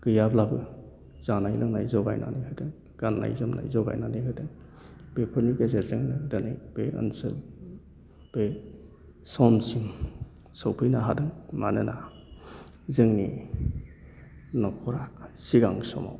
गैयाब्लाबो जानाय लोंनाय जगायनानै होदों गाननाय जोमनाय जगायनानै होदों बेफोरनि गेजेरजोंनो दिनै बे ओनसोल बे समसिम सफैनो हादों मानोना जोंनि न'खरा सिगां समाव